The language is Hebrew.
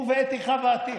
הוא ואתי חוה עטייה,